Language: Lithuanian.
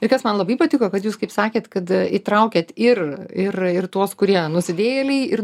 ir kas man labai patiko kad jūs kaip sakėt kad įtraukiat ir ir ir tuos kurie nusidėjėliai ir